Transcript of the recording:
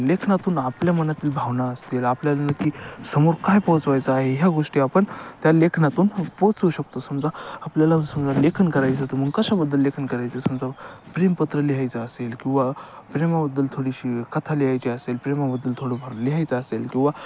लेखनातून आपल्या मनातील भावना असतील आपल्याला नक्की समोर काय पोचवायचं आहे ह्या गोष्टी आपण त्या लेखनातून पोचवू शकतो समजा आपल्याला समजा लेखन करायचं होतं मग कशाबद्दल लेखन करायचं समजा प्रेमपत्र लिहायचं असेल किंवा प्रेमाबद्दल थोडीशी कथा लिहायची असेल प्रेमाबद्दल थोडं फार लिहायचं असेल किंवा